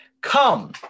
come